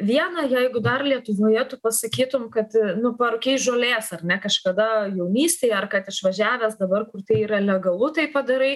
viena jeigu dar lietuvoje tu pasakytum kad nu parūkei žolės ar ne kažkada jaunystėj ar kad išvažiavęs dabar kur tai yra legalu tai padarai